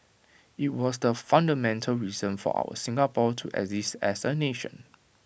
IT was the fundamental reason for our Singapore to exist as A nation